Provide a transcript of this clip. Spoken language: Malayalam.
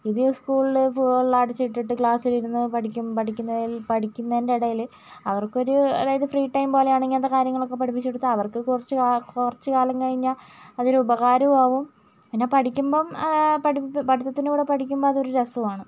ഇത് സ്ക്കൂളിൽ ഫുൾ അടച്ചിട്ടിട്ട് ക്ലാസ്സിലിരുന്ന് പഠിക്കും പഠിക്കുന്നതിൽ പഠിക്കുന്നതിൻ്റെ ഇടയിൽ അവർക്കൊരു അതായത് ഫ്രീ ടൈം പോലെയാണ് ഇങ്ങനത്തെ കാര്യങ്ങളൊക്കെ പഠിപ്പിച്ചെടുത്താൽ അവർക്ക് കുറച്ച് കുറച്ച് കാലം കഴിഞ്ഞാൽ അതൊരു ഉപകാരവും ആവും പിന്നെ പഠിക്കുമ്പം പഠിത്തത്തിൻ്റെകൂടെ പഠിക്കുമ്പോൾ അതൊരു രസവുമാണ്